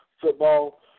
football